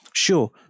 Sure